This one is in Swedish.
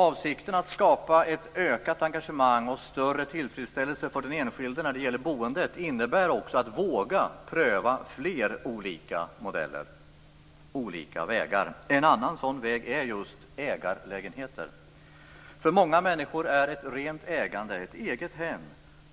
Avsikten att skapa ett ökat engagemang och större tillfredsställelse för den enskilde när det gäller boende innebär också att våga pröva flera olika modeller och vägar. En annan sådan väg är just ägarlägenheter. För många människor är ett rent ägande av ett eget hem